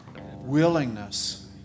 willingness